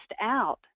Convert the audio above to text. out